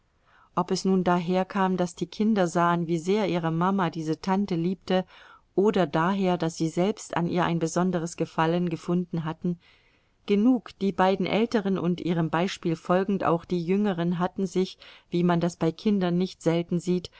ob es nun daher kam daß die kinder sahen wie sehr ihre mama diese tante liebte oder daher daß sie selbst an ihr ein besonderes gefallen gefunden hatten genug die beiden älteren und ihrem beispiel folgend auch die jüngeren hatten sich wie man das bei kindern nicht selten sieht